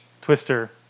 twister